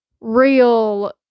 real